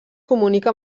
comunica